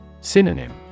Synonym